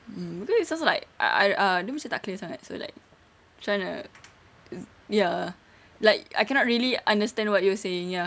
mm cause it sounds like uh err dia macam tak clear sangat so like try it's ya like I cannot really understand what you're saying ya